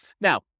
Now